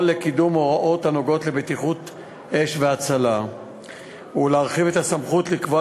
לקידום הוראות הנוגעות לבטיחות אש והצלה ולהרחיב את הסמכות לקבוע